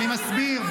אני מסביר.